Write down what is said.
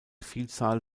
vielzahl